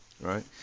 right